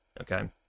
Okay